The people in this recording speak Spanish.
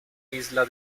isla